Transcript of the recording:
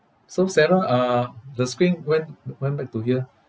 so sarah uh the screen went b~ went back to here